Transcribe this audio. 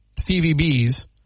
CVB's